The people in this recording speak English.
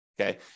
Okay